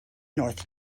north